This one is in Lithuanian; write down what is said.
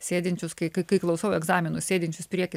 sėdinčius kai kai kai klausau egzaminų sėdinčius prieky